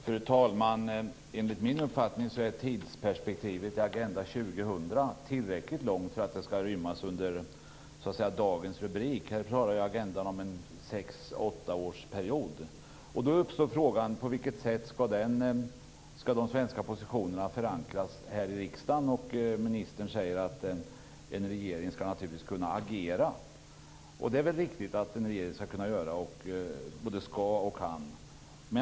Fru talman! Enligt min uppfattning är tidsperspektivet i Agenda 2000 tillräckligt långt för att det skall rymmas under dagens rubrik. I agendan talas det om en 6-8-årsperiod. Då uppstår frågan på vilket sätt de svenska positionerna skall förankras här i riksdagen. Ministern säger att en regering naturligtvis skall kunna agera. Det är väl riktigt att en regering både skall och kan göra det.